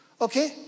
okay